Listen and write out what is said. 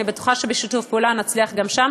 אני בטוחה שבשיתוף פעולה נצליח גם שם.